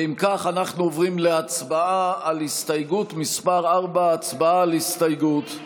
ואם כך אנחנו עוברים להצבעה על הסתייגות מס' 4. הצבעה על הסתייגות.